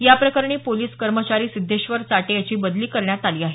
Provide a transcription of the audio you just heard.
याप्रकरणी पोलिस कर्मचारी सिद्धेश्वर चाटे याची बदली करण्यात आली आहे